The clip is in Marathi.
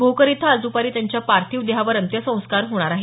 भोकर इथं आज दुपारी त्यांच्या पार्थिव देहावर अंत्यसंस्कार करण्यात येणार आहेत